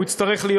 הוא יצטרך להיות,